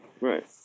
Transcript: Right